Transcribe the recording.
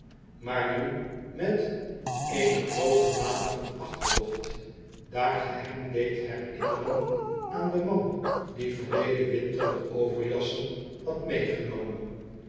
maar nu met eene groote mate van achterdocht daar ge hem deedt herinneren aan den man die verleden winter de overjassen had meegenomen